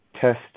test